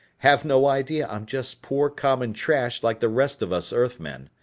have no idea i'm just poor common trash like the rest of us earthmen.